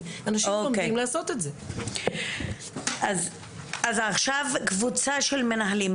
אז עכשיו קבוצה של מנהלים.